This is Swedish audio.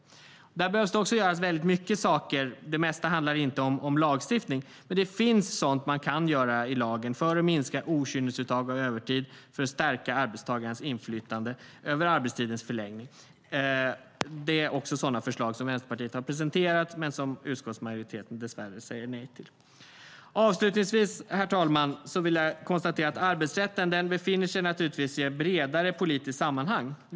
Där behövs det också göras väldigt mycket saker. Det mesta handlar inte om lagstiftning. Men det finns sådant man kan göra i lagen för att minska okynnesuttag av övertid och stärka arbetstagarens inflytande över arbetstidens förläggning. Det är också sådana förslag som Vänsterpartiet har presenterat men som utskottsmajoriteten dess värre säger nej till. Herr talman! Avslutningsvis kan jag konstatera att arbetsrätten befinner sig i ett bredare politiskt sammanhang.